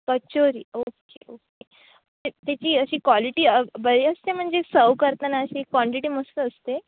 kachori okay okay त्याची अशी quality बरी असते म्हणजे सव करताना अशी क्वांटिटी मस्त असते